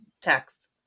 text